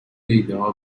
ایدهها